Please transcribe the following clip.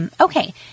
Okay